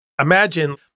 Imagine